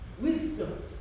Wisdom